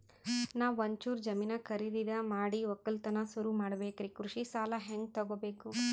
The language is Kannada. ನಾ ಒಂಚೂರು ಜಮೀನ ಖರೀದಿದ ಮಾಡಿ ಒಕ್ಕಲತನ ಸುರು ಮಾಡ ಬೇಕ್ರಿ, ಕೃಷಿ ಸಾಲ ಹಂಗ ತೊಗೊಬೇಕು?